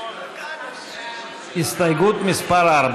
סתיו שפיר,